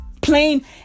plain